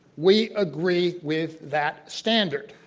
we agree with that standard.